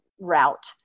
route